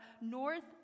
north